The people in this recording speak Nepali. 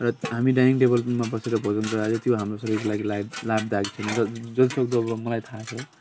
र हामी डाइनिङ टेबलमा बसेर भोजन गर्दा चाहिँ त्यो हाम्रो शरीरको लागि लायक लाभदायक हुन्छ जतिसक्दो अब मलाई थाहा छ